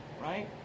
Right